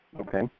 okay